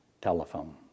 telephone